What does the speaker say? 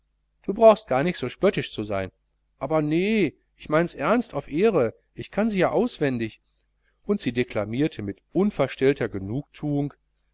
du brauchst nicht so spöttisch zu sein aber nee ich meines ernst auf ehre ich kann sie ja auswendig und sie deklamierte mit unverstellter genugthuung